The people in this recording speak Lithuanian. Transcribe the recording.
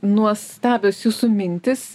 nuostabios jūsų mintis